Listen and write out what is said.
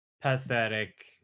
pathetic